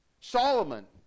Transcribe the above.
Solomon